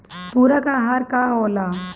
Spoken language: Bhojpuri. पुरक अहार का होला?